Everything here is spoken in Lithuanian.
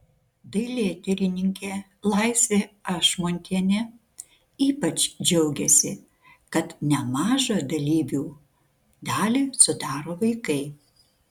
dailėtyrininkė laisvė ašmontienė ypač džiaugėsi kad nemažą dalyvių dalį sudaro vaikai